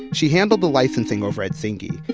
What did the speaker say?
she handled the licensing over at zingy.